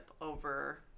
over